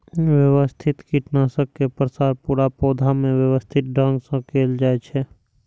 व्यवस्थित कीटनाशक के प्रसार पूरा पौधा मे व्यवस्थित ढंग सं कैल जाइ छै